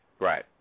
Right